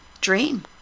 dream